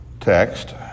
text